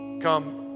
come